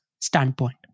standpoint